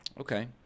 okay